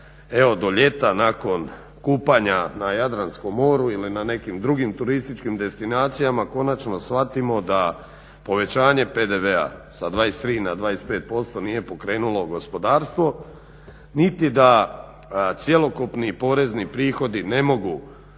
svega do ljeta nakon kupanja na Jadranskom moru ili na nekim drugim turističkim destinacijama konačno shvatimo da povećanje PDV-a sa 23 na 25% nije pokrenulo gospodarstvo niti da cjelokupni porezni prihodi ne mogu